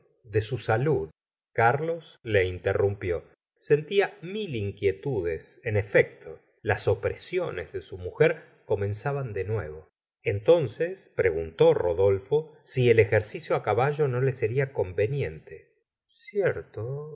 hablabaafiadióde su salud carlos le interrumpió sentía mil inquietudes en efecto las opresiones de su mujer comenzaban de nuevo entonces preguntó rodolfo si el ejercicio á caballo no le seria conveniente cierto